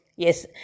Yes